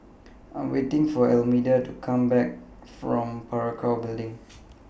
I Am waiting For Almedia to Come Back from Parakou Building